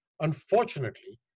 Unfortunately